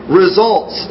results